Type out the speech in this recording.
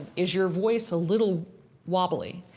is your voice a little wobbly?